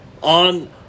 on